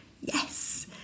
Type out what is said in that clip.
Yes